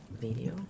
video